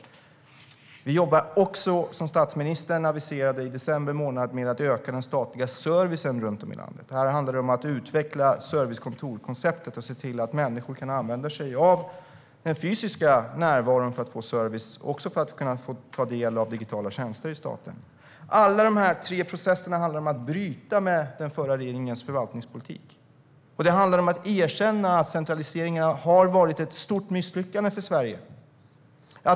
Statsministern aviserade i december månad att regeringen ska jobba med att öka den statliga servicen runt om i landet. Det handlar om att utveckla servicekontorskonceptet och se till att människor kan använda sig av den fysiska närvaron för att få service och kunna ta del av digitala tjänster i staten. Alla de tre processerna handlar om att bryta med den förra regeringens förvaltningspolitik. Det handlar om att erkänna att centraliseringarna har varit ett stort misslyckande för Sverige.